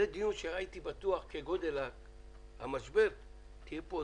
זה דיון שהייתי בטוח שכגודל המשבר תהיה הזעקה.